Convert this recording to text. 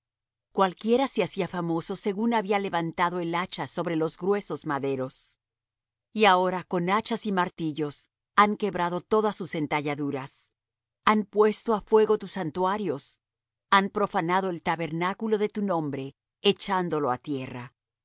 cualquiera se hacía famoso según que había levantado el hacha sobre los gruesos maderos y ahora con hachas y martillos han quebrado todas sus entalladuras han puesto á fuego tus santuarios han profanado el tabernáculo de tu nombre echándolo á tierra